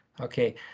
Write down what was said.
Okay